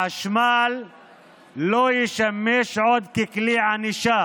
החשמל לא ישמש עוד ככלי ענישה